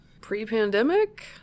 pre-pandemic